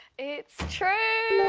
it's true.